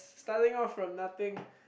starting off from nothing